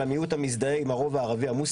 אלא מיעוט המזדהה עם הרוב הערבי-המוסלמי,